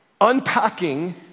unpacking